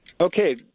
Okay